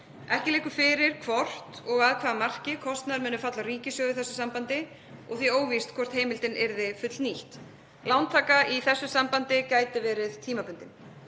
Ekki liggur fyrir hvort og að hvaða marki kostnaður muni falla á ríkissjóð í þessu sambandi og því óvíst hvort heimildin yrði fullnýtt. Lántaka í þessu sambandi gæti verið tímabundin.